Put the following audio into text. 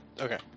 okay